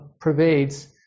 pervades